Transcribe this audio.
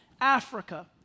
Africa